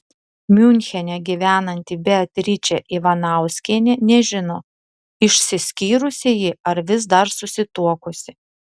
miunchene gyvenanti beatričė ivanauskienė nežino išsiskyrusi ji ar vis dar susituokusi